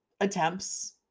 attempts